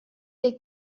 dei